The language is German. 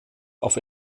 auf